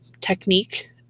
technique